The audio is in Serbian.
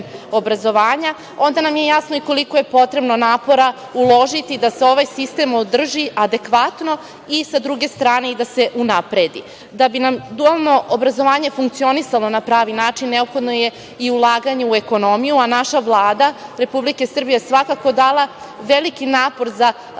obrazovanja, onda nam je jasno i koliko je potrebno napora uložiti da se ovaj sistem održi adekvatno i, s druge strane, da se unapredi. Da bi nam dualno obrazovanje funkcionisalo na pravi način neophodno je i ulaganje u ekonomiju, a naša Vlada Republike Srbije svakako je dala veliki napor za